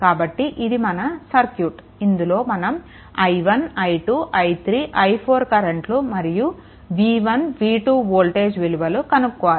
కాబట్టి ఇది మన సర్క్యూట్ ఇందులో మనం i1 i2 i3 i4 కరెంట్లు మరియు v1 v2 వోల్టేజ్ కనుక్కోవాలి